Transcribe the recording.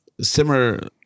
Simmer